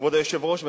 כבוד היושב-ראש,